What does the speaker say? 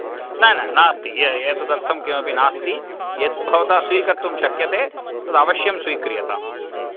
न न नास्ति यतदर्थं किमपि नास्ति यत् तु भवता स्वीकर्तुं शक्यते तत् अवश्यं स्वीक्रियताम्